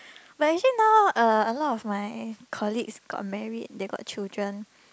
but actually now uh a lot of my colleagues got married they got children